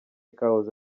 kahoze